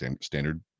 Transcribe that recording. standard